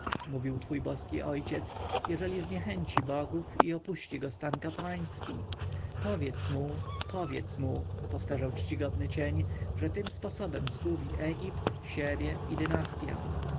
mówił twój boski ojciec jeżeli zniechęci bogów i opuści go stan kapłański powiedz mu powiedz mu powtarzał czcigodny cień że tym sposobem zgubi egipt siebie i